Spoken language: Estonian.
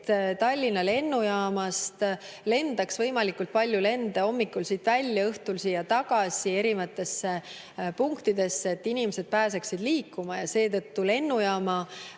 Tallinna lennujaamast lendaks võimalikult palju lende hommikul siit välja, õhtul siia tagasi, erinevatesse punktidesse, et inimesed pääseksid liikuma. Seetõttu lennujaama